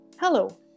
Hello